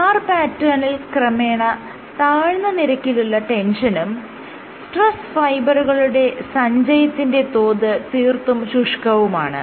flower പാറ്റേണിൽ ക്രമേണ താഴ്ന്ന നിരക്കിലുള്ള ടെൻഷനും സ്ട്രെസ്സ്ഫൈബറുകളുടെ സഞ്ചയത്തിന്റെ തോത് തീർത്തും ശുഷ്കവുമാണ്